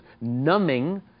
numbing